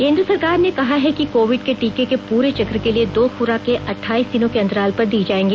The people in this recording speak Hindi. केन्द्र सरकार ने कहा है कि कोविड के टीके के पूरे चक्र के लिए दो खुराकें अटठाईस दिनों के अंतराल पर दी जाएगी